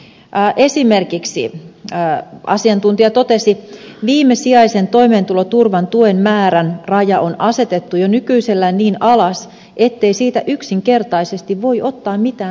asiantuntija totesi esimerkiksi että viimesijaisen toimeentuloturvan tuen määrän raja on asetettu jo nykyisellään niin alas ettei siitä yksinkertaisesti voi ottaa mitään pois